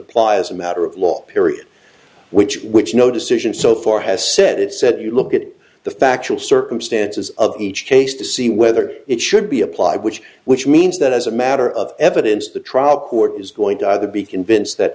apply as a matter of law period which which no decision so far has said it said you look at the factual circumstances of each case to see whether it should be applied which which means that as a matter of evidence the trial court is going to be convinced that